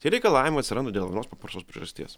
tie reikalavimai atsiranda dėl vienos paprastos priežasties